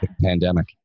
pandemic